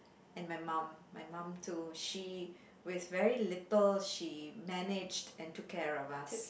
and my mum my mum too she with very little she managed and took care of us